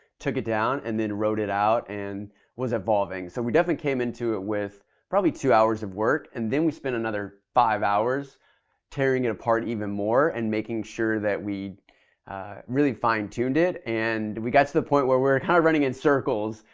took it down and then wrote it out and was evolving. so we definitely came into it with probably two hours of work and then we spent another five hours tearing it apart even more and making sure that we really fine-tuned it and we got to the point where we're kind of running in circles.